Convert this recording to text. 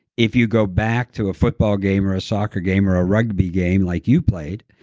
if you go back to a football game or a soccer game or a rugby game like you played